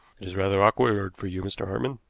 it is rather awkward for you, mr. hartmann.